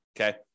Okay